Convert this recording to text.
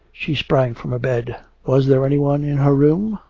she sprang from her bed. was there any one in her room?